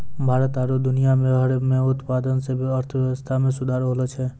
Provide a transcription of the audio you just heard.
भारत आरु दुनिया भर मे उत्पादन से अर्थव्यबस्था मे सुधार होलो छै